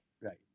Right